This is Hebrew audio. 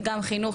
וגם חינוך,